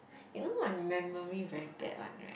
you know my memory very bad one right